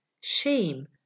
shame